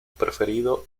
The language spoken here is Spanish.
preferido